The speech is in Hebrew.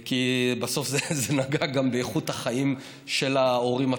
כי בסוף זה נגע גם באיכות החיים של ההורים עצמם.